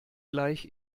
gleich